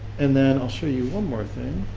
and then i'll show you one more thing,